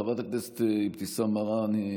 חברת הכנסת אבתיסאם מראענה,